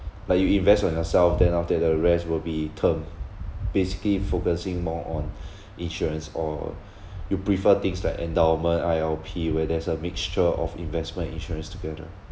like you invest on yourself then after that the rest will be term basically focusing more on insurance or you prefer things like endowment I_L_P where there's a mixture of investment and insurance together